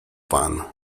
pan